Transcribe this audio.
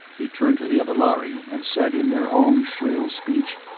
he turned to the other lhari and said in their own shrill speech,